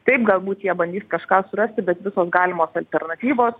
taip galbūt jie bandys kažką surasti bet visos galimos alternatyvos